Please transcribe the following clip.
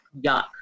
yuck